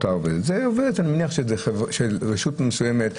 אני מניח שזו רשות מסוימת,